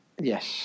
Yes